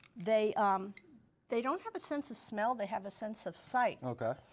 they um they don't have a sense of smell. they have a sense of sight. okay.